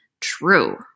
true